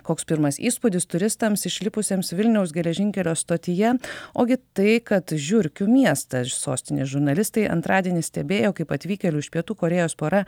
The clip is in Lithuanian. koks pirmas įspūdis turistams išlipusiems vilniaus geležinkelio stotyje ogi tai kad žiurkių miestą iš sostinės žurnalistai antradienį stebėjo kaip atvykėlių iš pietų korėjos pora